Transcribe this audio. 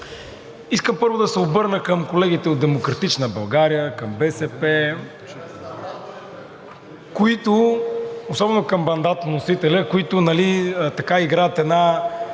Искам първо да се обърна към колегите от „Демократична България“, към БСП, особено към мандатоносителя, които играят една